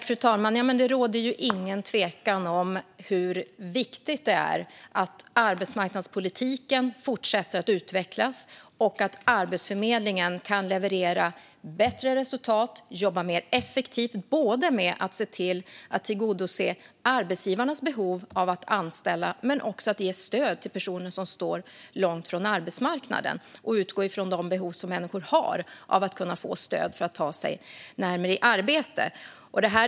Fru talman! Det råder ingen tvekan om hur viktigt det är att arbetsmarknadspolitiken fortsätter att utvecklas och att Arbetsförmedlingen kan leverera bättre resultat. Det handlar om att jobba mer effektivt med att tillgodose arbetsgivarnas behov av att anställa men också med att ge stöd till personer som står långt ifrån arbetsmarknaden. Det gäller att utgå från de behov som människor har av att kunna få stöd för att ta sig närmare att komma i arbete.